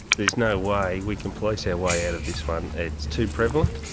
there's no way we can police our way out of this one, it's too prevalent,